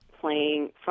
playing